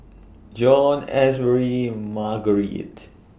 Jon Asbury Margarite